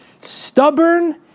Stubborn